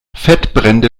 fettbrände